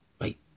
Wait